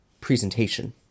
presentation